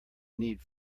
need